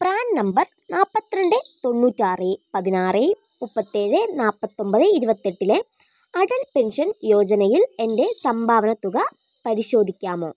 PRAN number നാല്പത്തി രണ്ട് തൊണ്ണൂറ്റാറ് പതിനാറ് മുപ്പത്തേഴ് നാല്പത്തൊൻപത് ഇരുപത്തെട്ടിലെ അടൽ പെൻഷൻ യോജനയിൽ എൻ്റെ സംഭാവന തുക പരിശോധിക്കാമോ